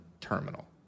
terminal